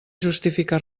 justifica